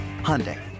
Hyundai